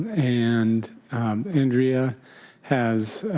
and andrea has